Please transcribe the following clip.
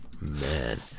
Man